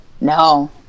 No